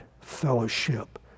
fellowship